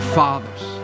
fathers